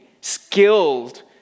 skilled